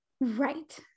Right